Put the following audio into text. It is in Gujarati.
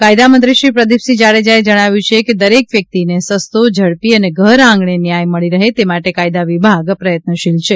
કાયદા મંત્રી શ્રી પ્રદિપસિંહ જાડેજાએ જણાવ્યું છે કે દરેક વ્યકિતને સસ્તો ઝડપી અને ઘર આંગણે ન્યાય મળી રહે તે માટે કાયદા વિભાગ પ્રયત્તશીલ છે